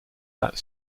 that